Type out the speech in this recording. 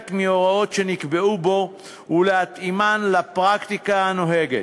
מההוראות שנקבעו בו ולהתאימן לפרקטיקה הנוהגת.